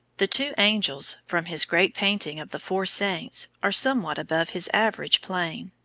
the two angels, from his great painting of the four saints, are somewhat above his average plane.